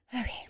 Okay